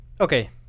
Okay